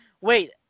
wait